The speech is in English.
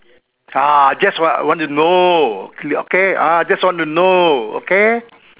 ah just I wanna know okay ah just wanna know okay